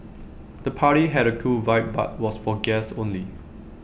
the party had A cool vibe but was for guests only